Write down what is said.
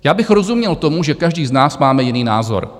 Já bych rozuměl tomu, že každý z nás máme jiný názor.